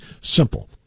simple